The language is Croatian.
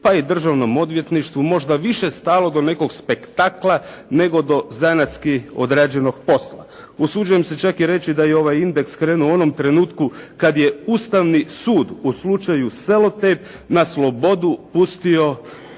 pa i Državnom odvjetništvu možda više stalo do nekog spektakla, nego do zanatski odrađenog posla. Usuđujem se čak i reći da je ovaj "Indeks" krenuo u onom trenutku kada je Ustavni sud u slučaju "Selotejp" na slobodu pustio